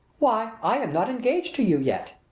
why, i am not engaged to you yet!